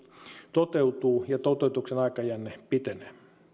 toteutuu ja toteutuksen aikajänne pitenee ensin